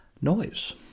noise